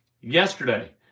Yesterday